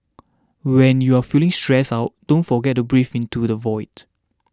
when you are feeling stressed out don't forget to breathe into the void